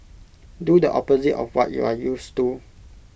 do the opposite of what you are used to